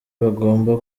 bagomba